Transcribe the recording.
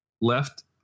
Left